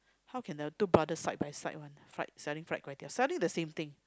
how can the two brother side by side one fried selling fried kway teow selling the same thing